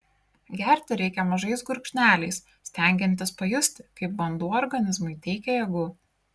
gerti reikia mažais gurkšneliais stengiantis pajusti kaip vanduo organizmui teikia jėgų